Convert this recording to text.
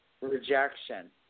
rejection